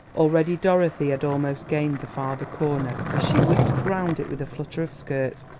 already dorothy had almost gained the farther corner as she whisked round it with a flutter of skirts,